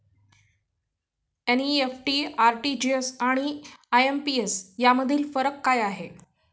NEFT, RTGS आणि IMPS यामधील फरक काय आहे?